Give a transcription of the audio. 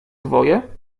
dwoje